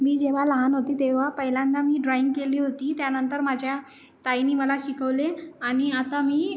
मी जेव्हा लहान होती तेव्हा पहिल्यांदा मी ड्रॉइंग केली होती त्यानंतर माझ्या ताईनी मला शिकवले आणि आता मी